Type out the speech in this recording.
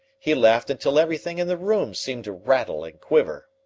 he laughed until everything in the room seemed to rattle and quiver.